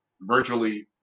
Virtually